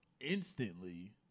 instantly